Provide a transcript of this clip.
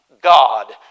God